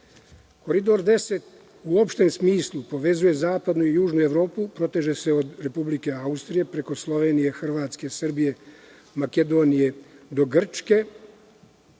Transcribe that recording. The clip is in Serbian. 10 u opštem smislu povezuje zapadnu i južnu Evropu, a proteže se od Republike Austrije, preko Slovenije, Hrvatske, Srbije, Makedonije do Grčke.